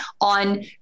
on